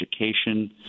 education